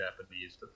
Japanese